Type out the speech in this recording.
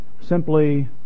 simply